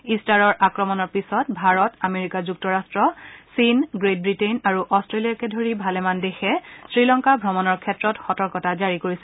ইষ্টাৰৰ আক্ৰমণৰ পিছত ভাৰত আমেৰিকা যুক্তৰাট্ট চীন গ্ৰেট ৱিটেইন আৰু অট্টেলিয়াকে ধৰি ভালেমান দেশে শ্ৰীলংকা ভ্ৰমণৰ ক্ষেত্ৰত সতৰ্কতা জাৰী কৰিছিল